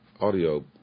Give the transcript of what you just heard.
audio